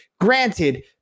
granted